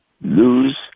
lose